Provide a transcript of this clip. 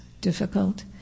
difficult